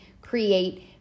create